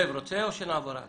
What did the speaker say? אני מפקידה ילד ואני חרדה.